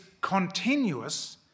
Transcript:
continuous